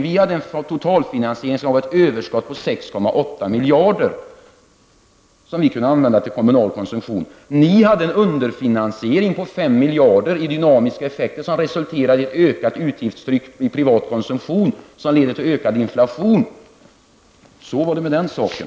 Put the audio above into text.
Enligt vår totalfinansiering skulle vi ha ett överskott på 6,8 miljarder som vi kunde använda till kommunal koncsumtion. Ni har en underfinansiering på 5 miljarder i dynamiska effekter, som resulterar i ökat utgiftstryck i privat konsumtion, vilket leder till ökad inflation. Så var det med den saken.